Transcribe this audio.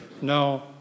no